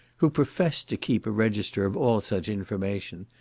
who professed to keep a register of all such information,